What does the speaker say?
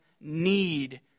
need